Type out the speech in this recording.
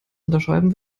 unterschreiben